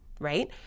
right